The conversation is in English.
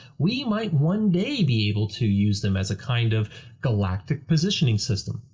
we might one day be able to use them as a kind of galactic positioning system.